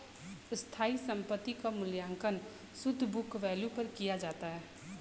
स्थायी संपत्ति क मूल्यांकन शुद्ध बुक वैल्यू पर किया जाता है